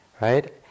right